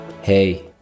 Hey